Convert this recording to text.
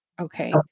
Okay